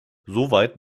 soweit